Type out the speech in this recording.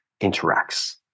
interacts